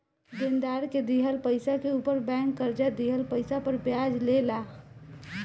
देनदार के दिहल पइसा के ऊपर बैंक कर्जा दिहल पइसा पर ब्याज ले ला